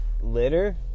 litter